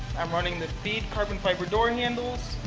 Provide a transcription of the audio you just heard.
i'm running the feed carbon-fiber door handles.